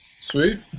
Sweet